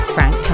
Frank